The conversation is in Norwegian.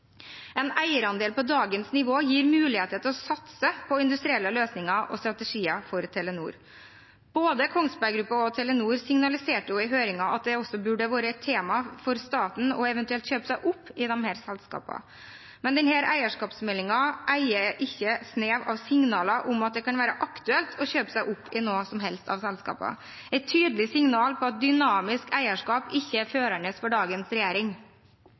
En eierandel på dagens nivå gir muligheter til å satse på industrielle løsninger og strategier for Telenor. Både Kongsberg Gruppen og Telenor signaliserte jo i høringen at det også burde vært et tema for staten eventuelt å kjøpe seg opp i disse selskapene. Men denne eierskapsmeldingen eier ikke snev av signaler om at det kan være aktuelt å kjøpe seg opp i noen som helst av selskapene – et tydelig signal om at dynamisk eierskap ikke er førende for dagens regjering.